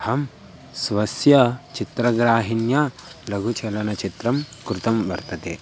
अहं स्वस्य चित्रग्राहिण्या लघुचलनचित्रं कृतं वर्तते